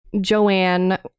Joanne